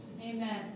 Amen